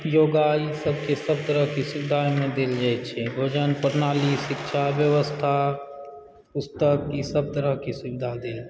योगा ई सबके सब तरहके सुविधा ओहिमे देल जाइ छै भोजन पटनारी शिक्षा व्यवस्था पुस्तक ई सब तरह के सुविधा देल